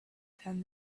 than